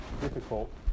difficult